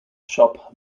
shop